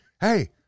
Hey